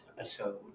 episode